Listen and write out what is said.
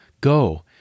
Go